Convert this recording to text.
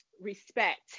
respect